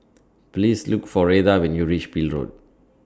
Please Look For Retha when YOU REACH Peel Road